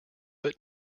but